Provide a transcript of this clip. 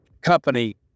company